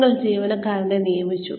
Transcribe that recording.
നിങ്ങൾ ജീവനക്കാരനെ നിയമിച്ചു